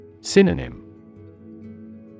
Synonym